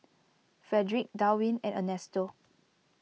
Fredric Darwyn and Ernesto